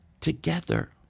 together